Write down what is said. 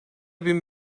bin